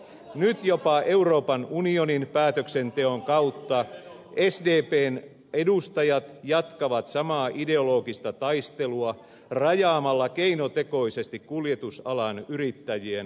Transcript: nyt jopa euroopan unionin päätöksenteon kautta sdpn edustajat jatkavat samaa ideologista taistelua rajaamalla keinotekoisesti kuljetusalan yrittäjien työaikaa